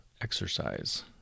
exercise